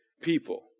people